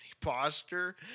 posture